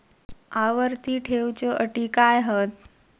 आवर्ती ठेव च्यो अटी काय हत?